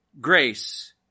Grace